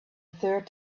third